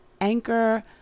Anchor